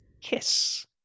kiss